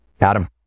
Adam